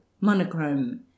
monochrome